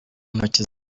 ntoki